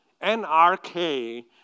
N-R-K